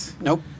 nope